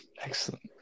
Excellent